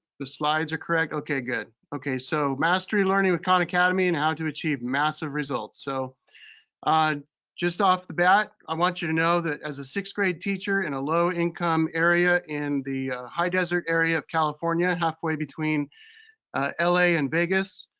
the slides are correct? okay, good. okay, so mastery learning with khan academy and how to achieve massive results. so just off the bat, i want you to know that as a sixth grade teacher in a low-income area in the high desert area of california, halfway between ah um la and vegas,